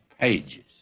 pages